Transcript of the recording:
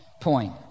point